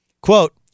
Quote